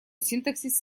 синтаксис